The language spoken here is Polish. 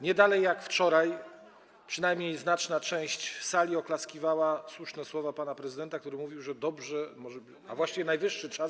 Nie dalej jak wczoraj przynajmniej znaczna część sali oklaskiwała słuszne słowa pana prezydenta, który mówił, że dobrze, a właściwie najwyższy czas.